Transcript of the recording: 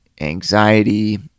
anxiety